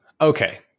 Okay